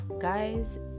guys